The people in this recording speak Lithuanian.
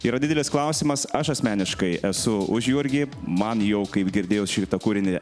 yra didelis klausimas aš asmeniškai esu už jurgį man jau kaip girdėjau šitą kūrinį